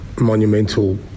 monumental